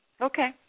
Okay